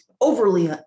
overly